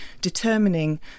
determining